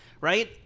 right